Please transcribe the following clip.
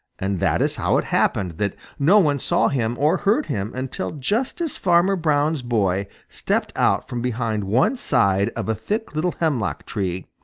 and that is how it happened that no one saw him or heard him until just as farmer brown's boy stepped out from behind one side of a thick little hemlock-tree,